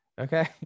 okay